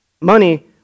Money